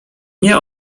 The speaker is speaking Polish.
nie